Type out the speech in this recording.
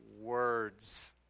words